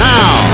Now